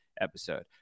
episode